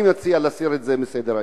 אני מציע להסיר את זה מסדר-היום.